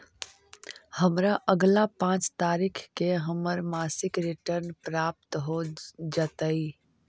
हमरा अगला पाँच तारीख के हमर मासिक रिटर्न प्राप्त हो जातइ